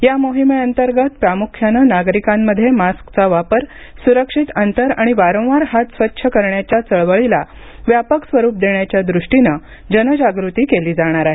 या मोहिमेअंतर्गत प्रामुख्यानं नागरिकांमध्ये मास्कचा वापर सुरक्षित अंतर आणि वारंवार हात स्वच्छ करण्याच्या चळवळीला व्यापक स्वरूप देण्याच्या द्रष्टीनं जनजाग्रती केली जाणार आहे